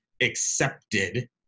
accepted